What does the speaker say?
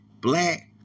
black